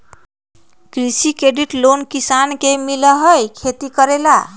कृषि credit loan किसान के मिलहई खेती करेला?